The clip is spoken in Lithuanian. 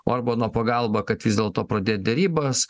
orbano pagalba kad vis dėlto pradėt derybas